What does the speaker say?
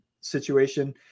situation